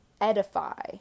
Edify